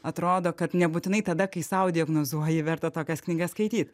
atrodo kad nebūtinai tada kai sau diagnozuoji verta tokias knygas skaityt